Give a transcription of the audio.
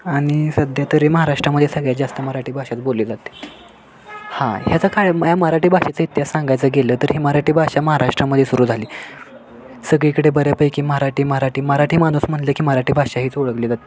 आणि सध्या तरी महाराष्ट्रामध्ये सगळ्यात जास्त मराठी भाषाच बोलली जाते हां ह्याचा काळ या मराठी भाषेचा इतिहास सांगायचं केलं तर ही मराठी भाषा महाराष्ट्रामध्ये सुरू झाली सगळीकडे बऱ्यापैकी मराठी मराठी मराठी माणूस म्हटलं की मराठी भाषा हीच ओळखली जाते